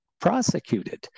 prosecuted